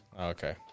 Okay